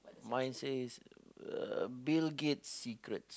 mine says uh Bill-Gate's secrets